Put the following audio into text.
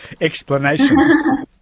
explanation